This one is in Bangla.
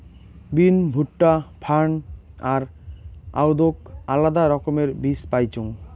বিন, ভুট্টা, ফার্ন আর আদৌক আলাদা রকমের বীজ পাইচুঙ